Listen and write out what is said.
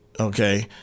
Okay